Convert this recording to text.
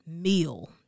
meal